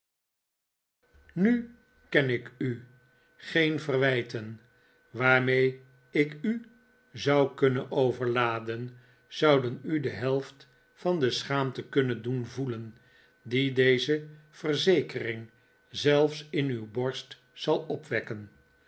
nu ken ik u geen verwijten waarmee ik u zou kunnen overladen zouden u de helft van de schaamte kunnen doen voelen die deze verzekering zelfs in uw borst zal opwekken